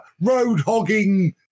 road-hogging